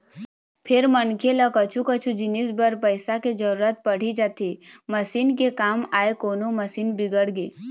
फेर मनखे ल कछु कछु जिनिस बर पइसा के जरुरत पड़ी जाथे मसीन के काम आय कोनो मशीन बिगड़गे